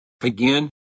Again